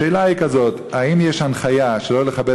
השאלה היא כזאת: האם יש הנחיה שלא לכבד